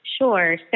Sure